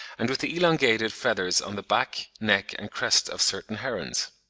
and with the elongated feathers on the back, neck, and crest of certain herons.